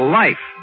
life